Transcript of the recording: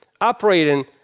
operating